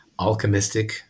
alchemistic